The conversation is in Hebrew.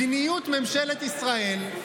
מדיניות ממשלת ישראל,